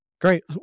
Great